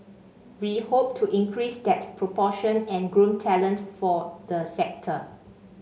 we hope to increase that proportion and groom talent for the sector